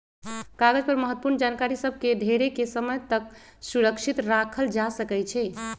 कागज पर महत्वपूर्ण जानकारि सभ के ढेरेके समय तक सुरक्षित राखल जा सकै छइ